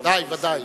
בוודאי,